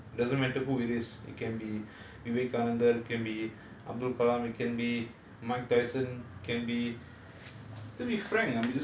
and again you you can go look up anyone doesn't matter who it is it can be vivekanandar can be abdul kalam can be mike tyson can be